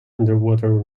underwater